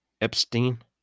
Epstein